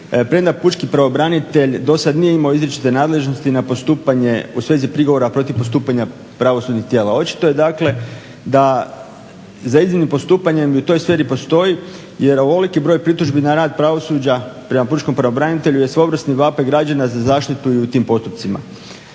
premda pučki pravobranitelj do sad nije imao izričite nadležnosti na postupanje u svezi prigovora protiv postupanja pravosudnih tijela. Očito je, dakle da za iznimnim postupanjem u toj sferi postoji, jer ovoliki broj pritužbi na rad pravosuđa prema pučkom pravobranitelju je svojevrsni vapaj građana za zaštitu i u tim postupcima.